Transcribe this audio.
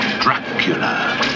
Dracula